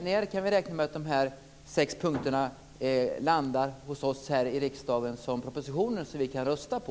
När kan vi räkna med att de här sex punkterna landar hos oss här i riksdagen som propositioner som vi kan rösta på?